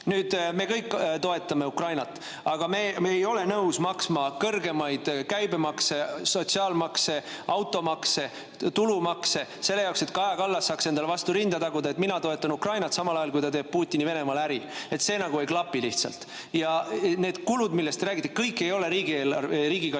Me kõik toetame Ukrainat, aga me ei ole nõus maksma kõrgemat käibemaksu, sotsiaalmaksu, automaksu, tulumaksu selle jaoks, et Kaja Kallas saaks endale vastu rinda taguda, et tema toetab Ukrainat, samal ajal kui ta teeb Putini-Venemaal äri. See nagu ei klapi lihtsalt. Ja kõik need kulud, millest te räägite, ei ole riigikaitsekulud.